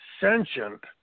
sentient